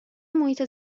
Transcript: محیط